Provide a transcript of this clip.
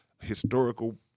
historical